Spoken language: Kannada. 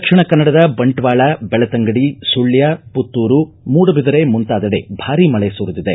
ದಕ್ಷಿಣ ಕನ್ನಡದ ಬಂಟ್ವಾಳ ಬೆಳ್ತಂಗಡಿ ಸುಳ್ಕ ಪುತ್ತೂರು ಮೂಡಬಿದಿರೆ ಮುಂತಾದೆಡೆ ಭಾರೀ ಮಳೆ ಸುರಿದಿದೆ